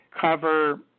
cover